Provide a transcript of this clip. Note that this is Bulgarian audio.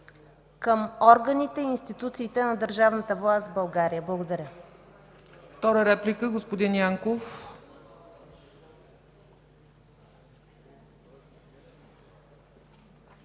към органите и институциите на държавната власт в България. Благодаря.